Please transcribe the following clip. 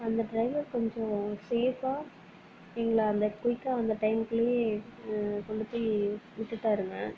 அந்த டிரைவர் கொஞ்சம் சேஃபாக எங்களை அந்த குயிக்காக அந்த டயம்குள்ளேயே கொண்டுவிட்டு போய் விட்டுவிட்டாருங்க